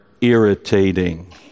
irritating